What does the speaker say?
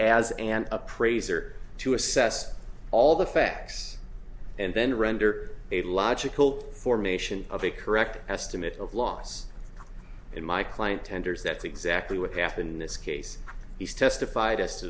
as an appraiser to assess all the facts and then render a logical formation of a correct estimate of loss in my client tenders that's exactly what happened in this case he's testif